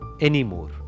anymore